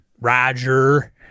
Roger